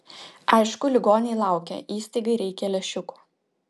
aišku ligoniai laukia įstaigai reikia lęšiukų